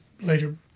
later